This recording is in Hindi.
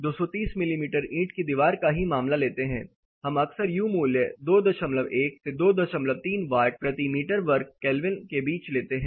230 मिमी ईंट की दीवार का ही मामला लेते हैं हम अक्सर U मूल्य 21 से 23 वाट प्रति मीटर वर्ग केल्विन के बीच लेते हैं